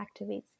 activates